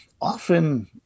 often